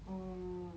oh